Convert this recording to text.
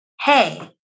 hey